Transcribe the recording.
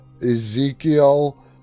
Ezekiel